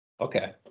okay